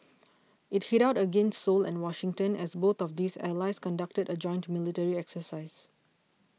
it hit out against Seoul and Washington as both of these allies conducted a joint military exercise